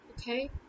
Okay